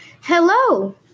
Hello